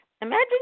Imagine